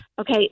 okay